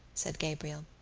said gabriel.